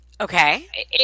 Okay